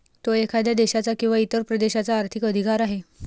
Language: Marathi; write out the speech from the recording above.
तो एखाद्या देशाचा किंवा इतर प्रदेशाचा आर्थिक अधिकार आहे